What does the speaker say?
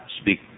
speak